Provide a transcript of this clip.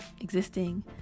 existing